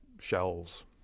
shells